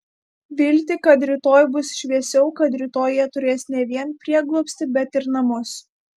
viltį kad rytoj bus šviesiau kad rytoj jie turės ne vien prieglobstį bet ir namus